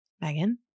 Megan